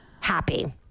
happy